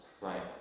Right